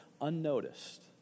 unnoticed